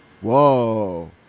Whoa